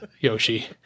Yoshi